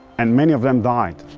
and many of them died,